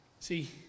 See